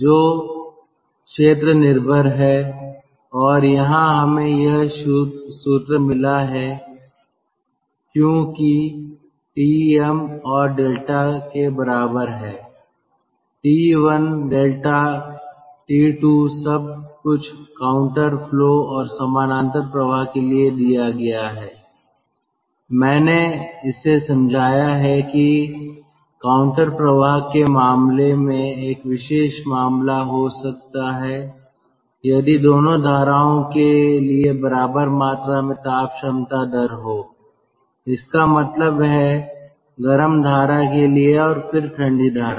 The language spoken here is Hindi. तो क्षेत्र निर्भर है और यहां हमें यह सूत्र मिला है क्यू कि tm और डेल्टा के बराबर है T 1 डेल्टा T 2 सब कुछ काउंटर फ्लो और समानांतर प्रवाह के लिए दिया गया है मैंने इसे समझाया है कि काउंटर प्रवाह के मामले में एक विशेष मामला हो सकता है यदि दोनों धाराओं के लिए बराबर मात्रा में ताप क्षमता दर हो इसका मतलब है गर्म धारा के लिए और फिर ठंडी धारा